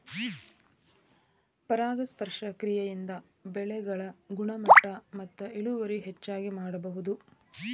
ಪರಾಗಸ್ಪರ್ಶ ಕ್ರಿಯೆಯಿಂದ ಬೆಳೆಗಳ ಗುಣಮಟ್ಟ ಮತ್ತ ಇಳುವರಿ ಹೆಚಗಿ ಮಾಡುದು